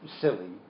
silly